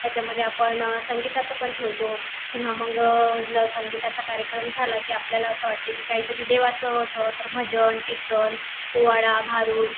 त्याच्यामध्ये आपण संगीताचा पण ठेवतो किंवा मग संगीताचा कार्यक्रम झाला की आपल्याला असं वाटतं की काहीतरी देवाचं असावं तर भजन कीर्तन पोवाडा भारूड